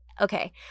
okay